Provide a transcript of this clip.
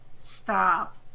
Stop